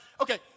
Okay